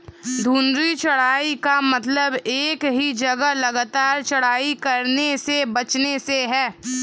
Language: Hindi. घूर्णी चराई का मतलब एक ही जगह लगातार चराई करने से बचने से है